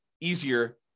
easier